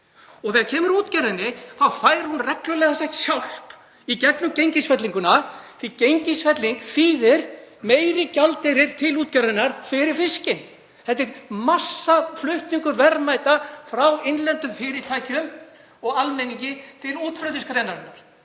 Þegar kemur að útgerðinni fær hún reglulega hjálp í gegnum gengisfellinguna. Gengisfelling þýðir meiri gjaldeyri til útgerðarinnar fyrir fiskinn. Þetta er massaflutningur verðmæta frá innlendum fyrirtækjum og almenningi til útflutningsgreinarinnar.